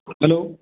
hello